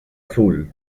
sul